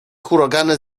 huragany